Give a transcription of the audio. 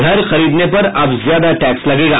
घर खरीदने पर अब ज्यादा टैक्स लगेगा